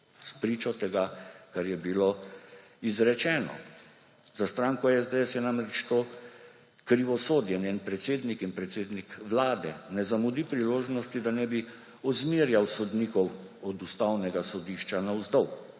spričo tega, kar je bilo izrečeno. Za stranko SDS je namreč to krivosodje. Njen predsednik in predsednik Vlade ne zamudi priložnosti, da ne bi ozmerjal sodnikov od Ustavnega sodišča navzdol.